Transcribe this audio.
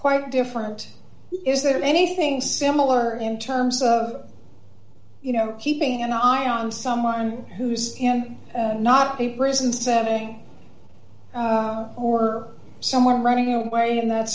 quite different is there anything similar in terms of you know keeping an eye on someone who's not a prison setting or someone running away in that